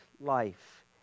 life